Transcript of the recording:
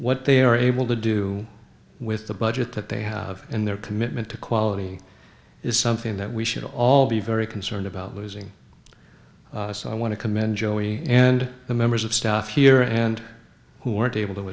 what they are able to do with the budget that they have and their commitment to quality is something that we should all be very concerned about losing so i want to commend joey and the members of staff here and who weren't able to